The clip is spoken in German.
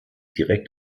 direkt